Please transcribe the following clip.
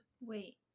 Wait